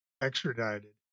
extradited